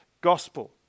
gospel